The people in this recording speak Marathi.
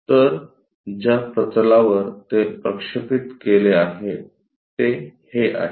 तर ज्या प्रतलावर ते प्रक्षेपित केले आहे ते हे आहे